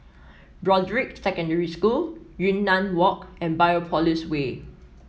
Broadrick Secondary School Yunnan Walk and Biopolis Way